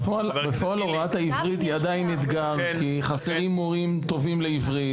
בפועל הוראת העברית היא עדיין אתגר כי חסרים מורים טובים לעברית,